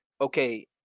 okay